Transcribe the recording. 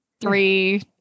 three